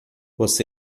você